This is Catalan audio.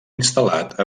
instal·lat